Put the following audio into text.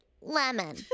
Lemon